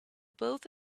both